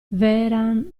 vehrehan